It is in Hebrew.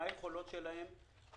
מה היכולות שלהם,